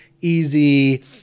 easy